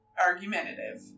Argumentative